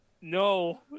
No